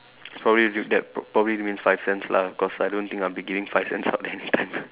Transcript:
he's probably doing that pr~ probably giving me five cents lah cause I don't think I'll be getting five cents any time